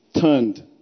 turned